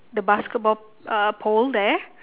the basketball uh pole there